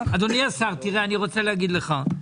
אדוני השר, אני רוצה להגיד לך,